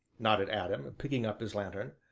nodded adam, picking up his lanthorn.